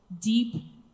deep